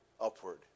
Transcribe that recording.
upward